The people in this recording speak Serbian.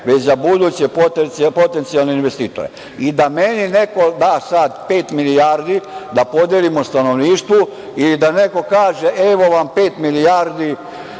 već za buduće potencijalne investitore.I da meni da neko sada pet milijardi da podelimo stanovništvu ili da neko kaže evo vam pet milijardi